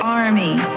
army